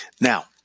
Now